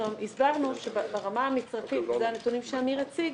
הסברנו שברמה המצרפית ואלה הנתונים שאמיר דהן הציג